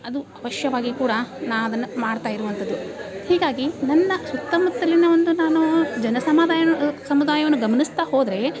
ಅದು ಅವಶ್ಯವಾಗಿ ಕೂಡ ನಾ ಅದನ್ನು ಮಾಡ್ತಾ ಇರುವಂಥದ್ದು ಹೀಗಾಗಿ ನನ್ನ ಸುತ್ತಮುತ್ತಲಿನ ಒಂದು ನಾನು ಜನ ಸಮದಾಯನು ಸಮುದಾಯವನ್ನು ಗಮ್ನಿಸ್ತಾ ಹೋದರೆ